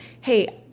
hey